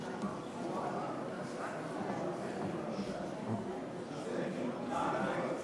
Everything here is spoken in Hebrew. ועל ססמאות ועל נתונים שאין להם אחיזה